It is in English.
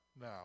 now